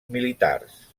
militars